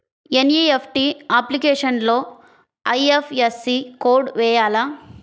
NEFT అప్లికేషన్లో IFSC code వేయాలా?